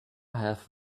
have